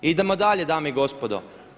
Idemo dalje dame i gospodo.